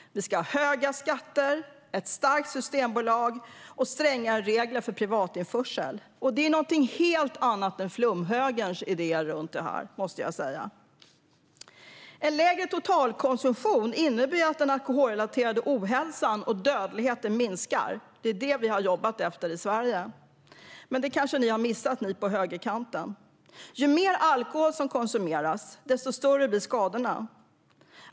Vi ska ha höga skatter, ett starkt Systembolag och strängare regler för privatinförsel. Det är något helt annat än flumhögerns idéer runt det här, måste jag säga. Lägre totalkonsumtion innebär att den alkoholrelaterade ohälsan och dödligheten minskar. Det är det vi har jobbat efter i Sverige, men det kanske ni på högerkanten har missat. Ju mer alkohol som konsumeras, desto större blir skadorna.